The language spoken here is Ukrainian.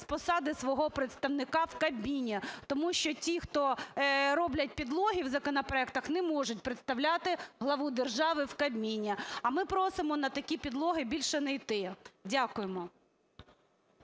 з посади свого представника в Кабміні. Тому що ті, хто роблять підлоги в законопроектах, не можуть представляти главу держави в Кабміні. А ми просимо на такі підлоги більше не йти. Дякуємо.